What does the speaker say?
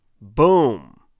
Boom